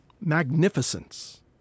magnificence